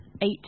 eight